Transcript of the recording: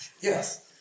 Yes